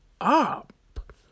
up